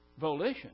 volition